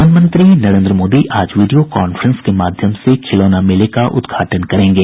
प्रधानमंत्री नरेंद्र मोदी आज video conference के माध्यम से खिलौना मेले का उद्घाटन करेंगे